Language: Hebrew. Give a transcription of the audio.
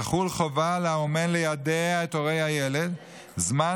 תחול חובה על האומן ליידע את הורי הילד זמן